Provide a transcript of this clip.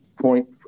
point